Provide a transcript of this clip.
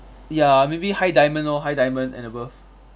ya maybe high diamond lor high diamond and above